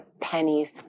pennies